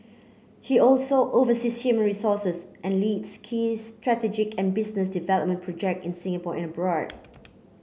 he also oversees human resources and leads key strategic and business development project in Singapore and abroad